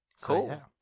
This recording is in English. cool